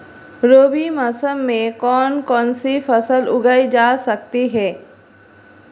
रबी मौसम में कौन कौनसी फसल उगाई जा सकती है?